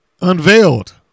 Unveiled